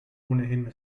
ohnehin